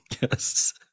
Yes